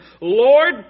Lord